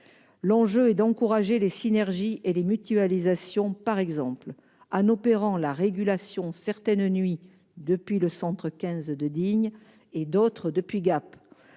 L'enjeu est d'encourager les synergies et les mutualisations, par exemple en faisant opérer la régulation certaines nuits depuis le centre 15 de Digne et les autres depuis Gap.